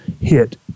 hit